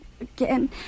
again